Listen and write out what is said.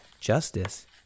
justice